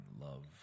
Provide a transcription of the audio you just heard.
love